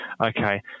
okay